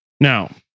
Now